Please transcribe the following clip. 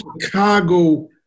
Chicago